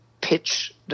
pitch